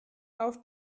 auf